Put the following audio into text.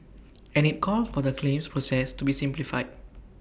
and IT called for the claims process to be simplified